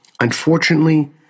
Unfortunately